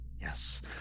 yes